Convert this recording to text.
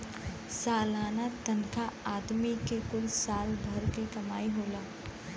सलाना तनखा आदमी के कुल साल भर क कमाई होला